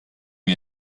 wir